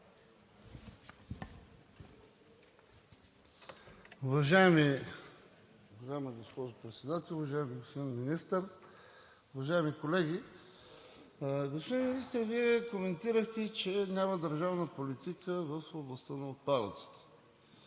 Уважаема госпожо Председател, уважаеми господин Министър, уважаеми колеги! Господин Министър, Вие коментирахте, че няма държавна политика в областта на отпадъците,